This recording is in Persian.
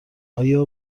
آیا